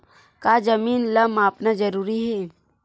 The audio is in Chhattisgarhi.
का जमीन ला मापना जरूरी हे?